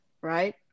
right